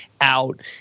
out